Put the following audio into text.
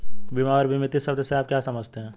बीमा और बीमित शब्द से आप क्या समझते हैं?